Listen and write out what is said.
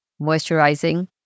moisturizing